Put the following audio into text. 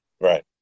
Right